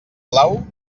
blau